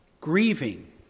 grieving